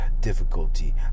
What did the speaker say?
difficulty